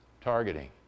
targeting